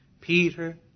Peter